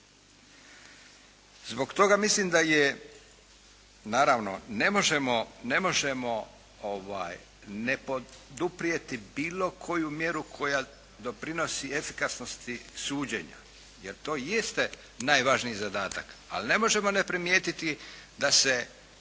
Zbog toga mislim da je, naravno ne možemo ne poduprijeti bilo koju mjeru koja doprinosi efikasnosti suđenja jer to i jeste najvažniji zadatak. Ali ne možemo ne primijetiti da se